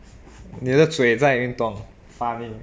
你的嘴在运动 funny